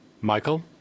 Michael